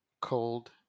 Cold